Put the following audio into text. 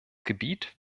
gebiet